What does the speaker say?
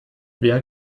wer